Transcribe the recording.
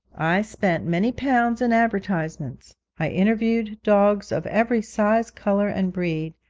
i spent many pounds in advertisements i interviewed dogs of every size, colour, and breed,